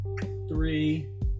three